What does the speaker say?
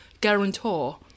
guarantor